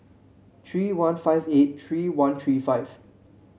three one five eight three one three five